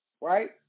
right